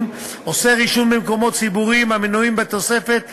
אוסר עישון במקומות ציבוריים המנויים בתוספת לחוק,